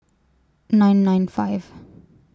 nine nine five